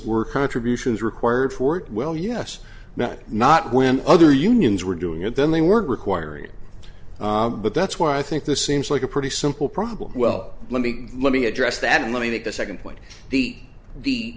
work contributions required for it well yes now not when other unions were doing it then they weren't requiring it but that's why i think this seems like a pretty simple problem well let me let me address that let me take the second point the the